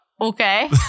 Okay